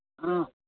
ꯑ